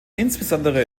insbesondere